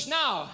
now